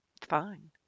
Fine